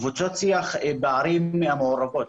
קבוצות שיח בערים המעורבות,